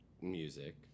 music